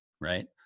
Right